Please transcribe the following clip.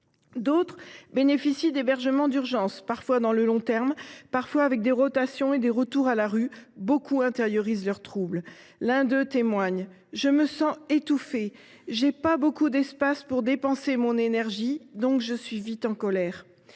D’autres bénéficient d’hébergement d’urgence, parfois dans le long terme, parfois avec des rotations et des retours à la rue. Beaucoup intériorisent leur trouble. L’un d’eux témoigne :« Je me sens étouffé, j’ai pas beaucoup d’espace pour dépenser mon énergie, donc je suis vite en colère.